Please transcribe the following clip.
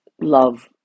love